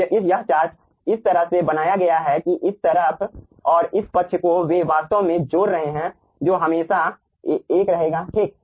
तो यह चार्ट इस तरह से बनाया गया है कि इस तरफ और इस पक्ष को वे वास्तव में जोड़ रहे हैं जो हमेशा एक रहेगा ठीक